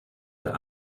der